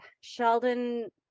Sheldon